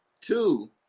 Two